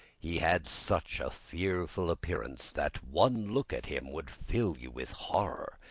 he had such a fearful appearance that one look at him would fill you with horror.